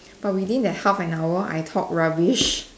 but within that half an hour I talk rubbish